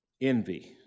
Envy